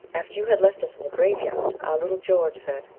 after you had left us in the grave-yard, our little george said,